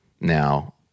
Now